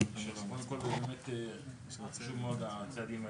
קודם כל, באמת חשוב מאוד הצעדים האלה.